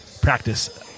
practice